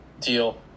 deal